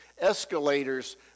escalators